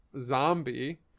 Zombie